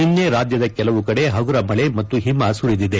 ನಿನ್ನೆ ರಾಜ್ಯದ ಕೆಲವು ಕಡೆ ಹಗುರ ಮಳೆ ಮತ್ತು ಹಿಮ ಸುರಿದಿದೆ